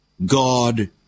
God